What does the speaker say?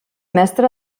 mestre